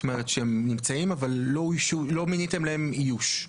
זאת אומרת שהם נמצאים אבל לא מיניתם להם איוש,